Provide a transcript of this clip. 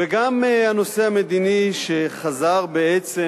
וגם הנושא המדיני שחזר בעצם